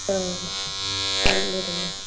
ആ അ വരും വരും